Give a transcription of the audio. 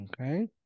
Okay